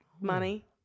money